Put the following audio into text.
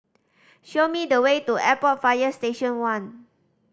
show me the way to Airport Fire Station One